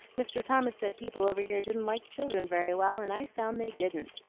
mr. thomas said people over here didn't like children very well, and i found they didn't.